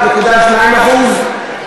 ל-5.2% זה ירד ל-5.2%,